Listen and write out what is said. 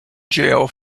jail